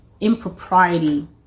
impropriety